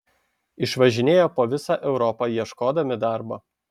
išvažinėjo po visą europą ieškodami darbo